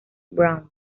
braun